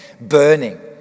burning